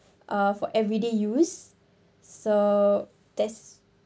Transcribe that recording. uh for everyday use so that's